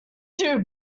too